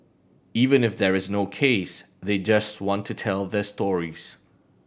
even if there is no case they just want to tell their stories